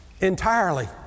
entirely